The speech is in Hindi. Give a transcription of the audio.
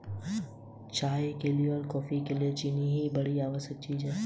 बैंक खाता खोलने के लिए के.वाई.सी आवश्यकताएं क्या हैं?